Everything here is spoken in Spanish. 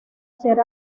ser